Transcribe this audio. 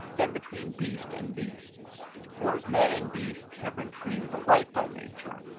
than between beast and beast for as men and beasts have been treated alike by nature,